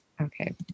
Okay